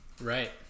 right